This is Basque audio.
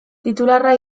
titularra